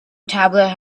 tablet